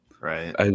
right